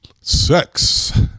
sex